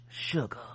sugar